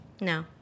No